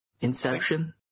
Inception